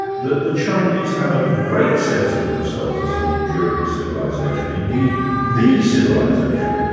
that the chinese have a great sense of themselves as an enduring civilisation, indeed the civilisation,